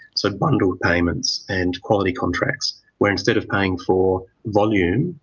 so bundled payments and quality contracts where instead of paying for volume,